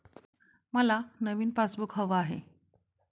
मला नवीन पासबुक हवं आहे